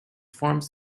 forms